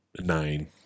nine